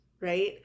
Right